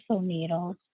needles